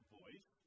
voice